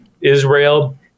Israel